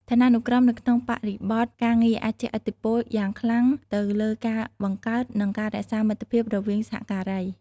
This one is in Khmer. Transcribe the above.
ឋានានុក្រមនៅក្នុងបរិបទការងារអាចជះឥទ្ធិពលយ៉ាងខ្លាំងទៅលើការបង្កើត និងការរក្សាមិត្តភាពរវាងសហការី។